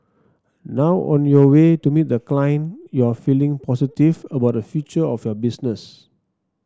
now on your way to meet the client you are feeling positive about the future of your business